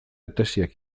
tesiak